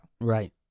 Right